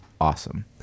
awesome